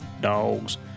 dogs